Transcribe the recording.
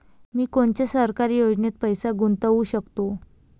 मी कोनच्या सरकारी योजनेत पैसा गुतवू शकतो?